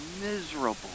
miserable